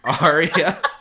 aria